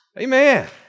Amen